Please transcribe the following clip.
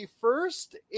first